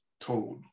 told